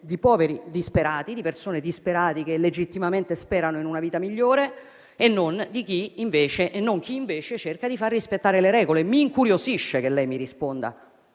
di poveri disperati, persone disperate che legittimamente sperano in una vita migliore, e non chi invece cerca di far rispettare le regole. Mi incuriosisce che, su una vicenda